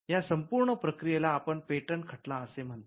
या संपूर्ण प्रक्रियेला आपण पेटंट खटला असे म्हणतो